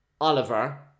Oliver